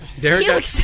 Derek